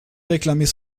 réclamer